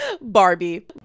Barbie